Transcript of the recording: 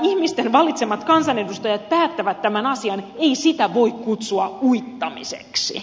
ihmisten valitsemat kansanedustajat päättävät tämän asian ei sitä voi kutsua uittamiseksi